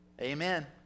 Amen